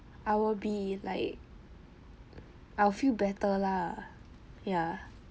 I will be like I'll feel better lah ya